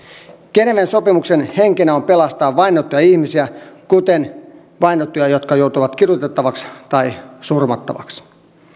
geneven sopimuksen henkenä on pelastaa vainottuja ihmisiä kuten vainottuja jotka joutuvat kidutettavaksi tai surmattavaksi